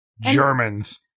Germans